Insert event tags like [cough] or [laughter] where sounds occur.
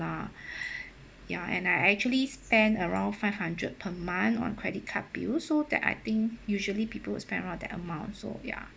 lah [breath] ya and I actually spend around five hundred per month on credit card bills so that I think usually people would spend around that amount so ya